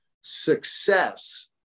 success